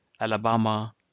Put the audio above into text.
Alabama